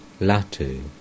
Latu